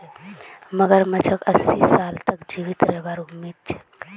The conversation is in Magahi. मगरमच्छक अस्सी साल तक जीवित रहबार उम्मीद छेक